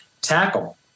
tackle